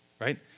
right